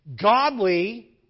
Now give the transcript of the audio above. godly